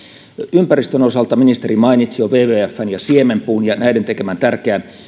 ympäristön osalta ministeri mainitsi jo wwfn ja siemenpuun ja näiden tekemän tärkeän